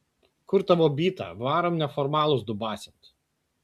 kur tavo byta varom neformalus dubasint